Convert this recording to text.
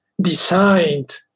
designed